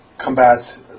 combats